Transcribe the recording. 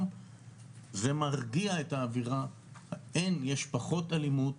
הוא הפך לחבר קרוב,